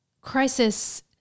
crisis